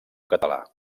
català